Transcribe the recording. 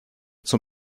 zum